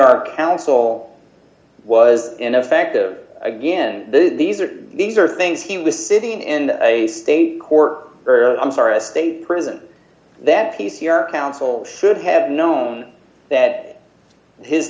r counsel was ineffective again these are these are things he was sitting in a state court earlier i'm sorry a state prison that case your counsel should have known that his